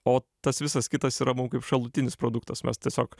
o tas visas kitas yra mum kaip šalutinis produktas mes tiesiog